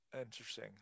interesting